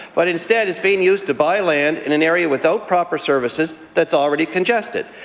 but instead, it's being used to buy land in an area without proper services that's already congested.